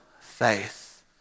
faith